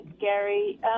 Gary